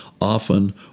often